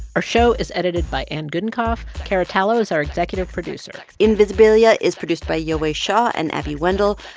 our show is edited by anne gudenkauf. cara tallo is our executive producer invisibilia is produced by yowei shaw and abby wendle,